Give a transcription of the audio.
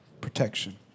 protection